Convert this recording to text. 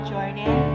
Jordan